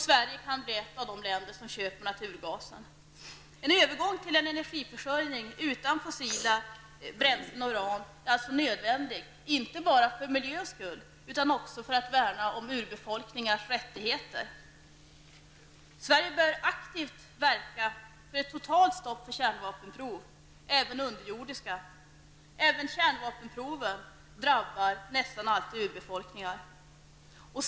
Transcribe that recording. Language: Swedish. Sverige kan bli ett av de länder som köper naturgasen. En övergång till en energiförsörjning utan fossila bränslen och uran är alltså nödvändig, inte bara för miljön utan också för att värna om urbefolkningars rättigheter. Sverige bör aktivt verka för ett totalt stopp för kärnvapenprov, även underjordiska. Även kärnvapenproven drabbar nästan alltid urbefolkningar.